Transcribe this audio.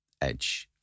edge